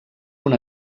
una